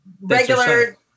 Regular